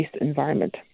environment